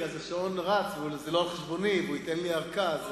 כי אז השעון רץ וזה לא על חשבוני והוא ייתן לי ארכה.